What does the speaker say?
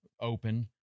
open